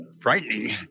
frightening